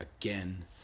again